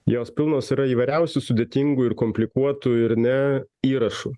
jos pilnos yra įvairiausių sudėtingų ir komplikuotų ir ne įrašų